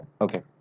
okay